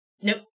Nope